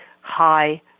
high